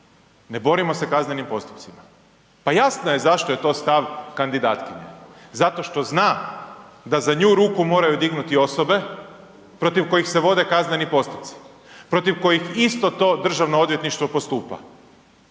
Ne borimo se kaznenim postupcima. Pa jasno je zašto je to stav kandidatkinje. Zato što zna da za nju ruku moraju dignuti osobe protiv koje se vode kazneni postupci, protiv kojih isto to Državno odvjetništvo postupa.